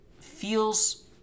feels